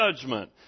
judgment